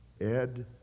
Ed